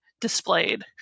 displayed